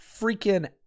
freaking